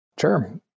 Sure